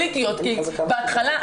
בהתחלה,